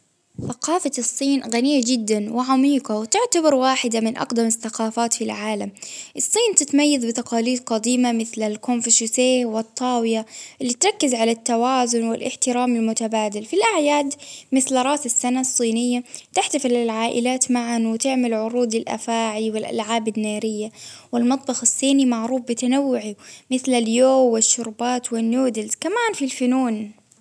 ثقافة الصين غنية جدا وعميقة، وتعتبر واحدة من أقدم الثقافات في العالم، الصين اللي تتميز بتقاليد قديمة ،مثل فلسفة إجتماعية ،وأخلاقية صينية والطاوية، إرتكز على التوازن، والإحترام المتبادل في الأإعياد، مثل راس السنة الصينية، تحتفل العائلات معا، وتعمل عروض الأفاعي، والألعاب نارية، والمطبخ الصيني معروف بتنوعه، مثل اليو والشربات والنودلز، كمان في الفنون.